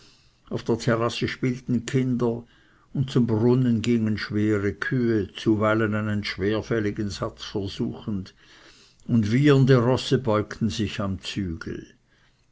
auf der terrasse spielten kinder und zum brunnen gingen schwere kühe zuweilen einen schwerfälligen satz versuchend und wiehernde rosse bäumten sich am zügel